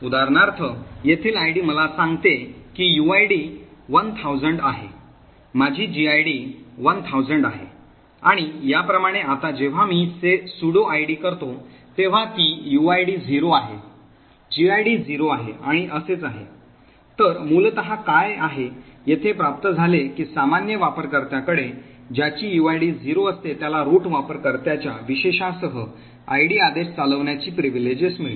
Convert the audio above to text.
उदाहरणार्थ येथील आयडी मला सांगते की यूआयडी 1000 आहे माझी gid 1000 आहे आणि याप्रमाणे आता जेव्हा मी sudo id करतो तेव्हा ती uid 0 आहे gid 0 आहे आणि असेच आहे तर मूलत काय आहे येथे प्राप्त झाले की सामान्य वापरकर्त्याकडे ज्याची यूआयडी 0 असते त्याला रूट वापरकर्त्याच्या विशेषासह आयडी आदेश चालवण्याची privilege मिळते